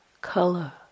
color